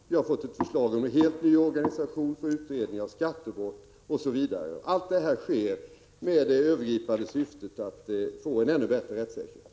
Vidare har vi fått förslag om en helt ny organisation för utredning av skattebrott. Allt detta sker med det övergripande syftet att vi skall få en ännu bättre rättssäkerhet.